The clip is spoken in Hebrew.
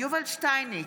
יובל שטייניץ,